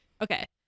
okay